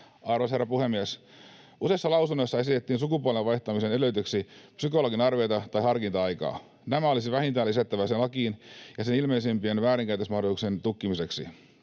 Arvoisa herra puhemies! Useissa lausunnoissa esitettiin sukupuolen vaihtamisen edellytykseksi psykologin arviota tai harkinta-aikaa. Nämä olisi vähintään lisättävä sinne lakiin sen ilmeisimpien väärinkäytösmahdollisuuksien tukkimiseksi.